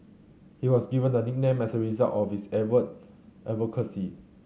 he was given the nickname as a result of his avid advocacy